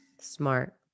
Smart